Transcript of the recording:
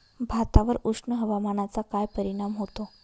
भातावर उष्ण हवामानाचा काय परिणाम होतो?